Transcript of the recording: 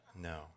No